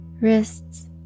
wrists